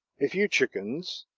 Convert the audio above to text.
a few chickens,